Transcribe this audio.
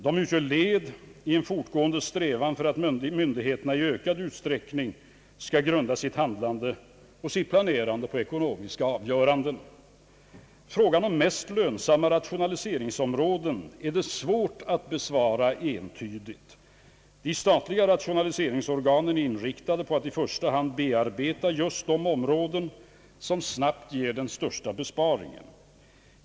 De utgör led i en fortgående strävan för att myndigheterna i ökad utsträckning skall grunda sitt handlande och planerande på ekonomiska överväganden. Frågan om mest lönsamma rationaliseringsområden är svår att besvara entydigt. De statliga rationaliseringsorganen är inriktade på att i första hand bearbeta just de områden som snabbt ger största besparing.